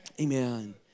Amen